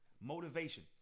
Motivation